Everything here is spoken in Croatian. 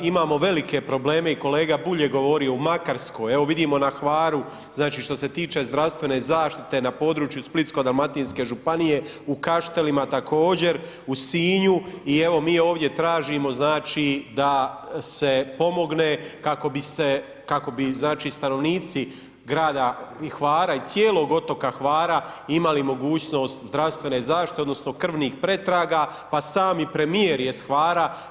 Imao velike probleme i kolega Bulj je govorio u Makarskoj, evo vidimo na Hvaru znači što se tiče zdravstvene zaštite na području Splitsko-dalmatinske županije u Kaštelima također, u Sinju i evo mi ovdje tražimo znači da se pomogne kako bi se, kako bi znači stanovnici grada Hvara i cijelog otoka Hvara imali mogućnost zdravstvene zaštite odnosno krvnih pretraga, pa sam i premijer je s Hvara.